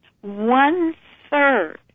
one-third